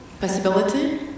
possibility